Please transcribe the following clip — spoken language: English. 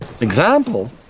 Example